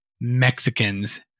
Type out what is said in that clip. Mexicans